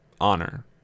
honor